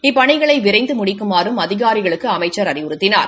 இபப்பணிகளை விரைந்து முடிக்குமாறும் அதிகாரிகளுக்கு அமைச்சர் அறிவுறுத்தினார்